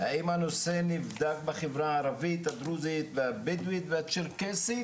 האם הנושא נבדק בחברה הערבית הדרוזית והבדואית והצ'רקסית,